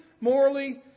morally